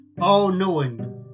all-knowing